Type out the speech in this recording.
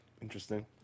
interesting